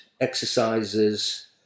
Exercises